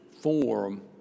form